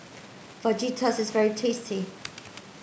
fajitas is very tasty